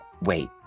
wait